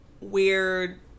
weird